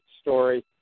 story